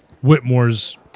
Whitmore's